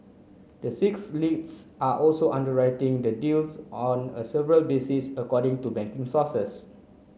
the six leads are also underwriting the deals on a several basis according to banking sources